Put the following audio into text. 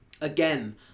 Again